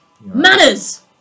Manners